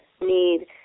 need